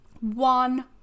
one